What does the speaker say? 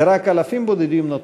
ורק אלפים בודדים נותרו.